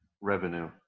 revenue